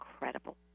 incredible